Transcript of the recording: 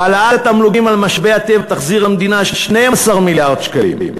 העלאת התמלוגים על משאבי הטבע תחזיר למדינה 12 מיליארד שקלים,